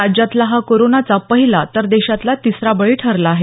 राज्यातला हा कोरोनाचा पहिला तर देशातला तिसरा बळी ठरला आहे